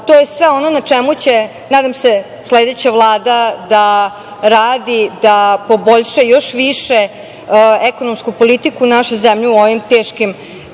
To je sve ono na čemu će, nadam se, sledeća Vlada da radi, da poboljša još više ekonomsku politiku naše zemlje u ovim teškim trenucima,